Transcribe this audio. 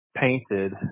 painted